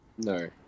No